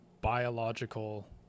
biological